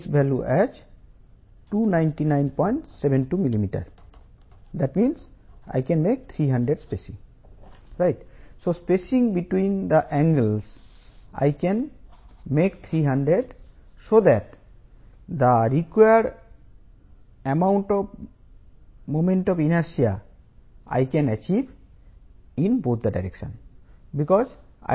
5 m కావాల్సిన కావాల్సిన section యొక్క moment of inertia I A r2 5516 ×127